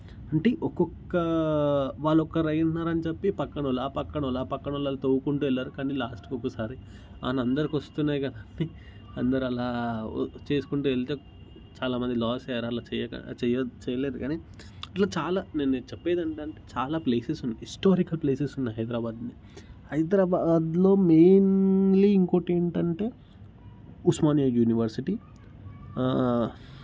అంటే ఒక్కొక్క వాళ్ళు ఒకరు అయినారు అని చెప్పి పక్కన వాళ్ళు ఆ పక్కన వాళ్ళు ఆ పక్కన వాళ్ళు తొవ్వుకుంటు పోయినారు కానీ లాస్ట్కి ఒకసారి అందరికి వస్తున్నాయి ఇంకా అందరు అలా చేసుకుంటు వెళితే చాలామంది లాస్ అయ్యారు అట్లా అట్లా చేయలేరు కానీ ఇట్లా చాలా నేను చెప్పేది ఏంటంటే చాలా ప్లేసెస్ ఉన్నాయి హిస్టారికల్ ప్లేసెస్ ఉన్నాయి హైదరాబాదులో హైదరాబాదులో మెయిన్లీ ఇంకొకటి ఏంటి అంటే ఉస్మానియా యూనివర్సిటీ